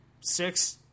six